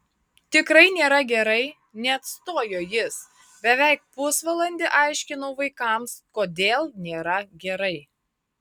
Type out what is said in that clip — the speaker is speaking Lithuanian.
tikrai nėra gerai neatstojo jis beveik pusvalandį aiškinau vaikams kodėl nėra gerai